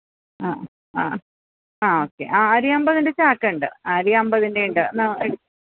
ആ ആ ആ ഓക്കെ ആ അരി അമ്പതിന്റെ ചാക്കുണ്ട് ആ അരി അമ്പതിന്റെ ഉണ്ട്